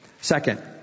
Second